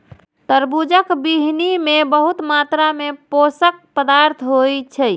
तरबूजक बीहनि मे बहुत मात्रा मे पोषक पदार्थ होइ छै